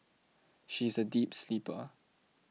she is a deep sleeper